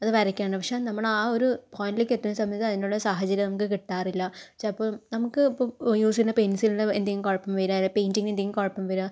അത് വരക്കാമെന്ന് പക്ഷെ നമ്മൾ ആ ഒരു പോയിന്റിലേക്ക് എത്തണ സമയത്ത് അതിനുള്ള സാഹചര്യം നമുക്ക് കിട്ടാറില്ല ചിലപ്പം നമുക്ക് ഇപ്പോൾ യൂസ് ചെയ്യുന്ന പെൻസിലിന് എന്തെങ്കിലും കുഴപ്പം വരുക അല്ലെങ്കിൽ പെയിന്റിങ്ങിന് എന്തെങ്കിലും കുഴപ്പം വരുക